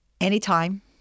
Anytime